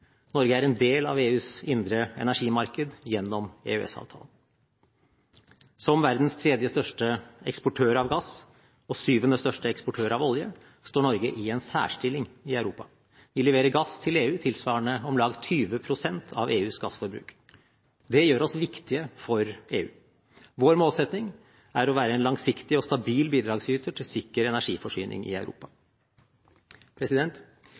Norge er en del av EUs indre energimarked gjennom EØS-avtalen. Som verdens tredje største eksportør av gass og syvende største eksportør av olje står Norge i en særstilling i Europa. Vi leverer gass til EU tilsvarende omlag 20 pst. av EUs gassforbruk. Det gjør oss viktige for EU. Vår målsetting er å være en langsiktig og stabil bidragsyter til sikker energiforsyning i Europa.